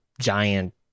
giant